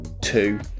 Two